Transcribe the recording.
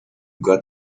got